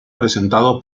presentado